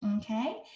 okay